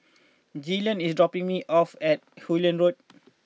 Jillian is dropping me off at Hullet Road